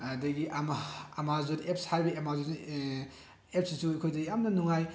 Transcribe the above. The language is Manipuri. ꯑꯗꯒꯤ ꯑꯥꯃꯥꯖꯣꯟ ꯑꯦꯞꯁ ꯍꯥꯏꯔꯤꯕ ꯑꯥꯃꯥꯖꯣꯟ ꯑꯦꯞꯁꯁꯤꯁꯨ ꯑꯩꯈꯣꯏꯗ ꯌꯥꯝꯅ ꯅꯨꯡꯉꯥꯏ